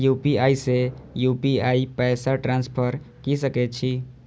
UPI से UPI पैसा transfer की सके छी?